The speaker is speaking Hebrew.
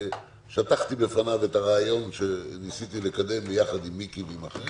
כששטחתי בפניו את הרעיון שניסיתי לקדם ביחד עם מיקי ועם אחרים,